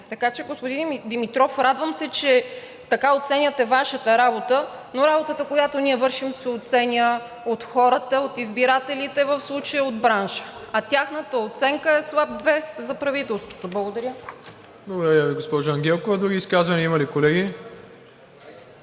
Така че, господин Димитров, радвам се, че така оценявате Вашата работа, но работата, която вършим, се оценява от хората, от избирателите, а в случая от бранша, а тяхната оценка е слаб (2) за правителството. Благодаря. ПРЕДСЕДАТЕЛ МИРОСЛАВ ИВАНОВ: Благодаря Ви, госпожо Ангелкова. Други изказвания има ли, колеги?